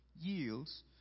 yields